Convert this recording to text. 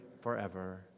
forever